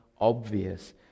obvious